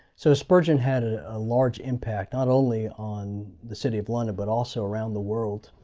so spurgeon had a large impact, not only on the city of london, but also around the world.